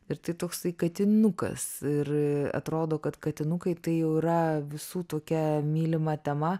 ir tai toksai katinukas ir atrodo kad katinukai tai jau yra visų tokia mylima tema